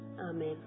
Amen